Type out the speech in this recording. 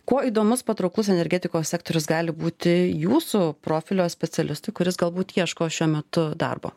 kuo įdomus patrauklus energetikos sektorius gali būti jūsų profilio specialistui kuris galbūt ieško šiuo metu darbo